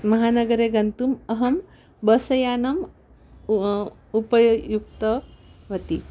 महानगरे गन्तुम् अहं बस यानम् उ उपयोक्तवती